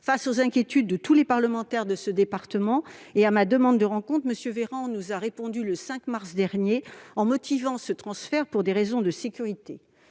Face aux inquiétudes de tous les parlementaires de ce département et à ma demande de rencontre, M. Véran nous a répondu, le 5 mars dernier, en motivant ce transfert par des raisons de sécurité.